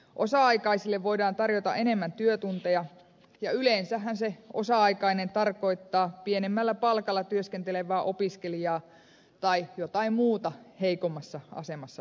osa aikaisille voidaan tarjota enemmän työtunteja ja yleensähän se osa aikainen tarkoittaa pienemmällä palkalla työskentelevää opiskelijaa tai jotain muuta heikommassa asemassa olevaa